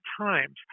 times